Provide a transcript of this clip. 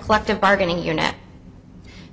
collective bargaining your net